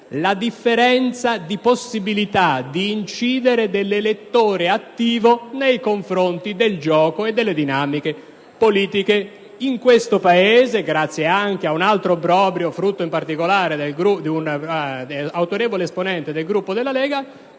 la differenza di possibilità di incidere dell'elettore attivo nei confronti del gioco e delle dinamiche politiche. In questo Paese, grazie anche a un altro obbrobrio, frutto in particolare di un autorevole esponente del Gruppo della Lega